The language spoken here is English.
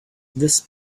this